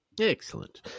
Excellent